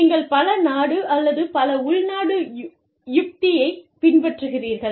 நீங்கள் பல நாடு அல்லது பல உள்நாட்டு உக்தியை பின்பற்றுகிறீர்கள்